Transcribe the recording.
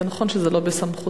זה נכון שזה לא בסמכותך,